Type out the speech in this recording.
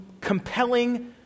compelling